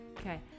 Okay